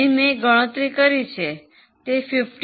અહીં મેં ગણતરી કરી છે તે 15